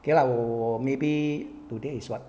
okay lah 我我 maybe today is what